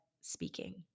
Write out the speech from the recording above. speaking